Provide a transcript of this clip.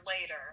later